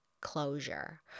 closure